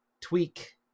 tweak